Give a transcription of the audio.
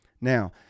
now